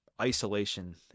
isolation